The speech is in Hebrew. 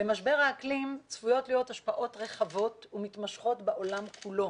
למשבר האקלים צפויות להיות השפעות רחבות ומתמשכות בעולם כולו